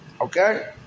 Okay